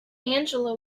angela